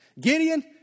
Gideon